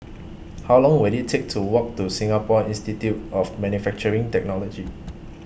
How Long Will IT Take to Walk to Singapore Institute of Manufacturing Technology